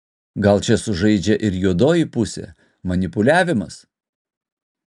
gal čia sužaidžia ir juodoji pusė manipuliavimas